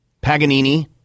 Paganini